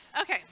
Okay